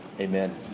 Amen